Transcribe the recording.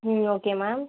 ம் okay ma'am